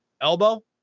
elbow